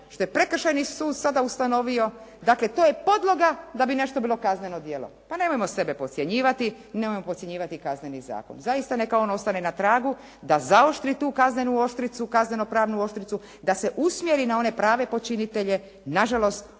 što je Prekršajni sud sada ustanovio, dakle to je podloga da bi nešto bilo kazneno djelo. Pa nemojmo sebe podcjenjivati i nemojmo podcjenjivati Kazneni zakon. Zaista neka on ostane na tragu da zaoštri tu kaznenu oštricu, kazneno-pravnu oštricu da se usmjeri na one prave počinitelje. Nažalost,